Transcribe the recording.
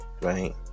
right